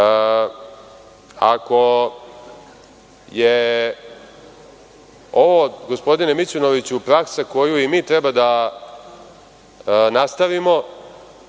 je ovo gospodine Mićunoviću praksa koju i mi treba da nastavimo,